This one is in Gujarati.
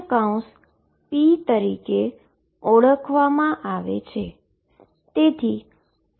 જે ⟨p⟩ તરીકે પણ ઓળખાય છે